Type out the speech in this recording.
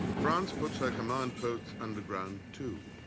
france puts her command posts underground, too.